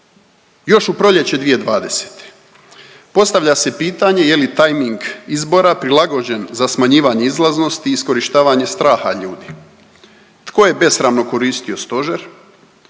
još u proljeće 2020. Postavlja se pitanje je li tajming izbora prilagođen za smanjivanje izlaznosti i iskorištavanje straha ljudi? Tko je besramno koristio stožer?